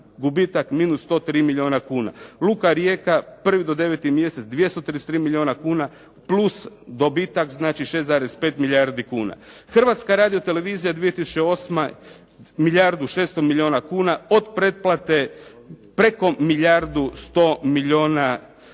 gubitak minus103 milijuna kuna. Luka Rijeka 1. do 9. mjesec 233 milijuna kuna plus dobitak znači 6,5 milijardi kuna. Hrvatska radiotelevizija 2008. milijardu 600 milijuna kuna od pretplate preko milijardu 100 miliuna kuna